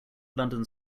london